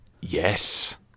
Yes